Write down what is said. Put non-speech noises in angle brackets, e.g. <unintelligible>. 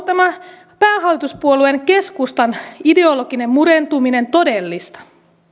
<unintelligible> tämä päähallituspuolueen keskustan ideologinen murentuminen todellista